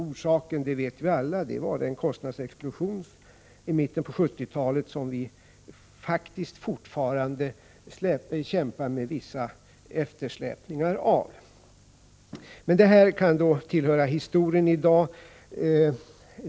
Orsaken — det vet vi alla — var den kostnadsexplosion i mitten av 1970-talet som vi faktiskt fortfarande kämpar med vissa eftersläpningar av. Allt detta kan anses tillhöra historien i dag.